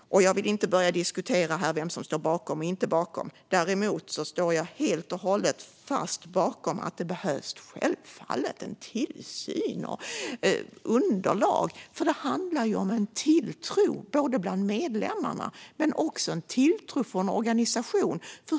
Jag vill inte börja diskutera vem som står bakom och inte. Däremot står jag helt och hållet bakom att det behövs tillsyn och underlag. Självfallet, för det handlar ju om tilltro bland medlemmarna men också för en organisation.